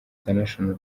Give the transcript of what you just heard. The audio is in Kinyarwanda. international